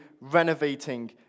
renovating